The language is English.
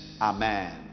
Amen